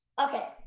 Okay